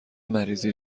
مریضی